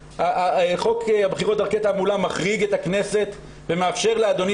חוק הבחירות (דרכי תעמולה) מחריג את הכנסת ומאפשר לאדוני